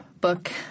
book